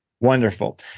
Wonderful